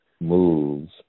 moves